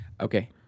Okay